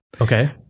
okay